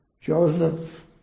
Joseph